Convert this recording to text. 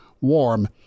warm